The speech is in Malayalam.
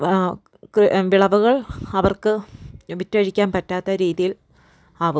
വിളവുകൾ അവർക്ക് വിറ്റൊഴിക്കാൻ പറ്റാത്ത രീതിയിൽ ആവും